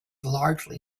largely